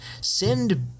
Send